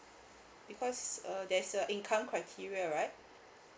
because uh there's a income criteria right